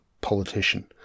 politician